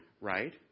right